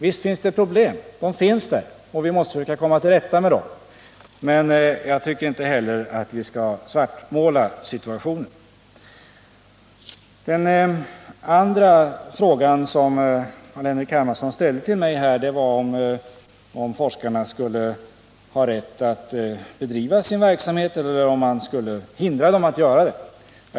Visst finns det problem, och dem måste vi försöka komma till rätta med. Men jag tycker inte heller att vi skall svartmåla situationen. Den andra frågan som Carl-Henrik Hermansson ställde var om forskarna skulle ha rätt att bedriva sin verksamhet eller om man skulle hindra dem.